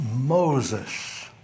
Moses